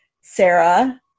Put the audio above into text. Sarah